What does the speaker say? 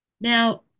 Now